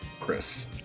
Chris